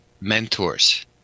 mentors